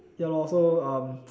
ya lah so